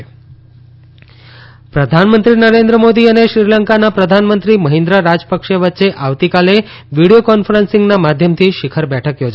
ભારત શ્રીલંકા પ્રધાનમંત્રી નરેન્દ્ર મોદી અને શ્રીલંકાનાં પ્રધાનમંત્રી મહિન્દ્રા રાજપક્ષે વચ્ચે આવતીકાલે વિડીયો કોન્ફરન્સીંગ માધ્યમથી શીખર બેઠક યોજાશે